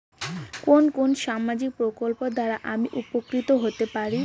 কোন কোন সামাজিক প্রকল্প দ্বারা আমি উপকৃত হতে পারি?